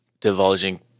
divulging